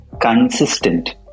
consistent